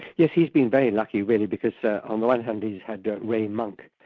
yes, he's been very lucky really, because on the one hand he's had ah ray monk,